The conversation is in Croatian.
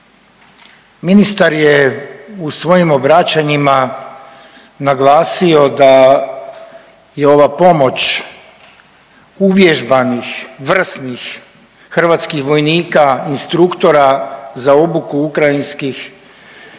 Ministar je u svojim obraćanjima naglasio da je ova pomoć uvježbanih i vrsnih hrvatskih vojnik, instruktora za obuku ukrajinskih